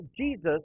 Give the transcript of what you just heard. Jesus